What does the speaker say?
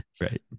Right